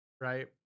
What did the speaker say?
right